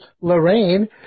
Lorraine